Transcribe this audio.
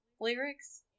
lyrics